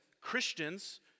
Christians